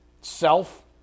self